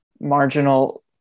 marginal